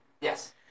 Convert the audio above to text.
Yes